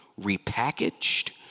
repackaged